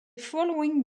following